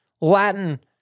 Latin